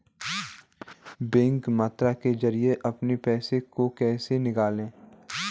Bank मित्र के जरिए अपने पैसे को कैसे निकालें?